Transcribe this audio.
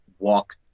walk